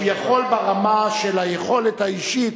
הוא יכול ברמה של היכולת האישית.